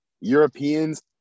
Europeans